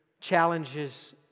challenges